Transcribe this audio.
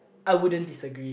I wouldn't disagree